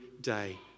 day